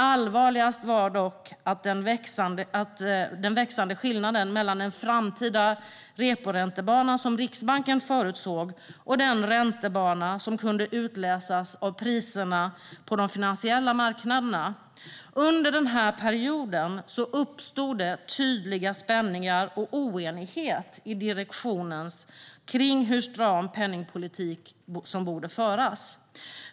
Allvarligast var dock den växande skillnaden mellan den framtida reporäntebana som Riksbanken förutsåg och den räntebana som kunde utläsas av priserna på de finansiella marknaderna. Under denna period uppstod tydliga spänningar och oenighet i direktionen kring hur pass stram penningpolitik som borde föras.